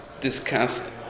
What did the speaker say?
discuss